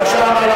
בבקשה.